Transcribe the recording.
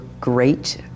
great